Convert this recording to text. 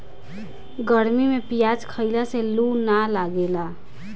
गरमी में पियाज खइला से लू ना लागेला